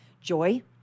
joy